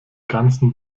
ganzen